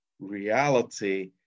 reality